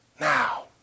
now